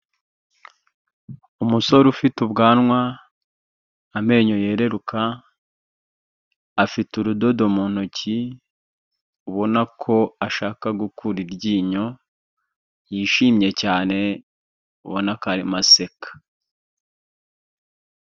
Umusore ufite ubwanwa, amenyo yereruka, afite urudodo mu ntoki ubona ko ashaka gukura iryinyo, yishimye cyane, ubona ko arimo aseka.